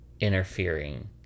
interfering